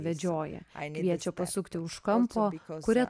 vedžioja kviečia pasukti už kampo kuria